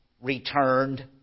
returned